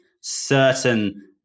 certain